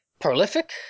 Prolific